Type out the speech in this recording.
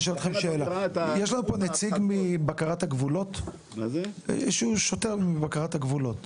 יש לנו נציג או שוטר מבקרת הגבולות?